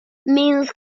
mills